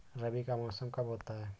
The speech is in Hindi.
रबी का मौसम कब होता हैं?